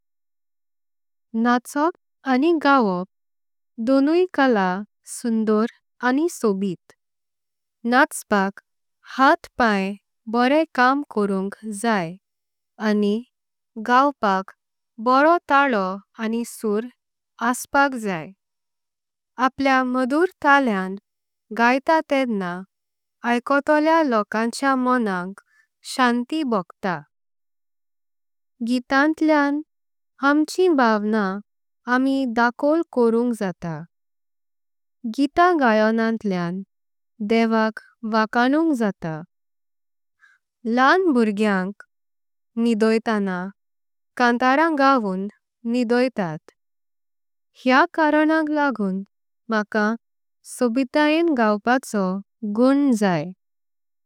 नाचोप आनि गावोप दोन्ही कळा सुंदर आनी सोबीत। नाचपाक हात पाय बरे काम करुंक जाय आनी गावपाक। बरो तालो आनी सुर असपाक जाय आपलया मधुर तळ्यां। गायतां तेडणां ऐकोटोल्या लोकांच्या मोणांक शांती भोगता। गीतांल्या आमचीं भावना आमी ढकोळ कोरुंक जातां। गीतां गायोणांतल्या देवाक वखाणुंक जातां ल्हाण। भुर्ग्यांक निषीडैतां कांतरां गावून निषीडातात हेम। करणांक लागूं मकां सोबीतायें गावपाचो गुण जाय।